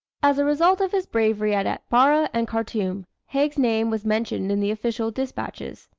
as a result of his bravery at atbara and khartoum, haig's name was mentioned in the official despatches.